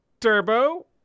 Turbo